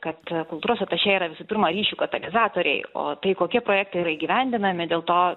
kad kultūros atašė yra visų pirma ryšių katalizatoriai o tai kokie projektai yra įgyvendinami dėl to